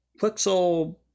Pixel